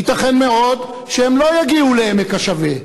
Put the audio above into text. וייתכן מאוד שהם לא יגיעו לעמק השווה,